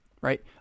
right